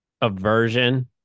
aversion